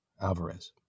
Alvarez